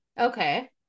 Okay